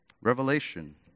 Revelation